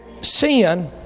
sin